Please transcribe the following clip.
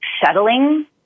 settling